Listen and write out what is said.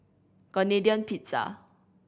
Canadian Pizza